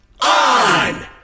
on